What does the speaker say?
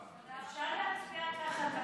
אפשר להצביע ככה תמיד?